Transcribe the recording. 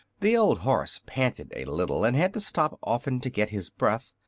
the old horse panted a little, and had to stop often to get his breath.